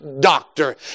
doctor